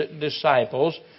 disciples